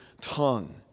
tongue